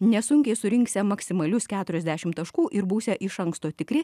nesunkiai surinksią maksimalius keturiasdešim taškų ir būsią iš anksto tikri